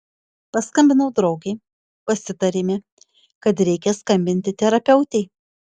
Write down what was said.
paskambinau draugei pasitarėme kad reikia skambinti terapeutei